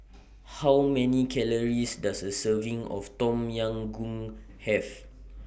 How Many Calories Does A Serving of Tom Yam Goong Have